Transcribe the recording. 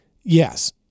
yes